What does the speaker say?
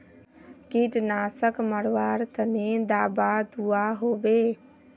कीटनाशक मरवार तने दाबा दुआहोबे?